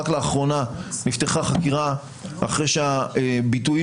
רק לאחרונה נפתחה חקירה אחרי שהביטויים